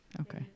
Okay